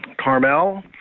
Carmel